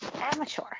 amateur